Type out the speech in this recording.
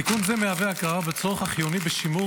תיקון זה מהווה הכרה בצורך החיוני בשימור